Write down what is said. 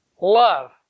love